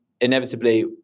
inevitably